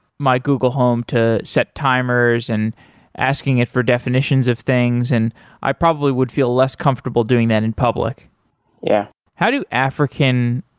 google home to set timers and asking it for definitions of things. and i probably would feel less comfortable doing that in public yeah how do african,